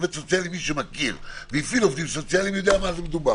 מי שמכיר והפעיל עובדים סוציאליים יודע במה מדובר.